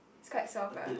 is quite self lah